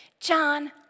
John